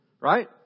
Right